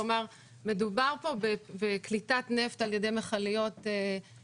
כלומר: מדובר פה בקליטת נפט על ידי מכליות כביש,